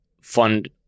fund